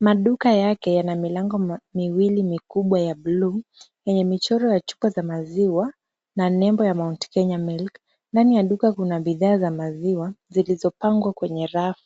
Maduka yake yana milango miwili mikubwa ya bluu yenye michoro ya chupa za maziwa na nembo ya Mount Kenya Milk. Ndani ya duka kuna bidhaa za maziwa zilizopangwa kwenye rafu.